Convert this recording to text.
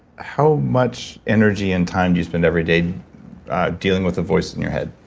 how much energy and time do you spend every day dealing with the voice in your head?